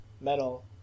metal